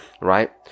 right